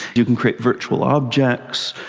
you can create virtual objects,